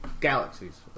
galaxies